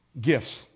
Gifts